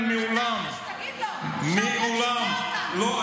איזה הפקרות, תגיד לו שהאויב שומע אותנו.